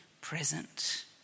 present